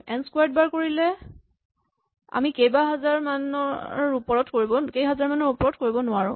N squared bar কৰিলে আমি কেইহাজাৰ মানৰ ওপৰত কৰিব নোৱাৰো